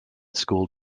school